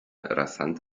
rasant